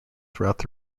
throughout